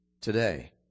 today